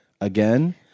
again